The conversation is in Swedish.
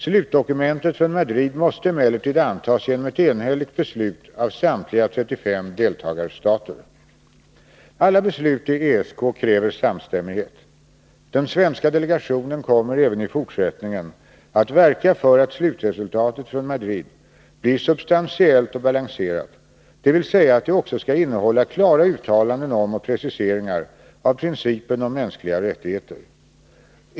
Slutdokumentet från Madrid måste emellertid antas genom ett enhälligt beslut av samtliga 35 deltagarstater. Alla beslut i ESK a kräver samstämmighet. Den svenska delegationen kommer även i fortsättningen att verka för att slutresultatet från Madrid blir substantiellt och balanserat, dvs. att det också skall innehålla klara uttalanden om och preciseringar av principen om mänskliga rättigheter.